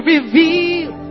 Reveal